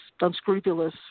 unscrupulous